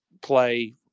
play